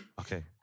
Okay